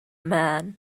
man